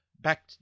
back